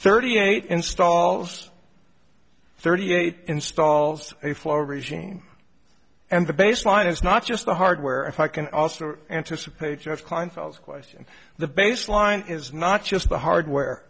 thirty eight installs thirty eight installs a floor regime and the baseline is not just the hardware if i can also anticipate you have kleinfeld question the baseline is not just the hardware